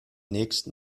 nächsten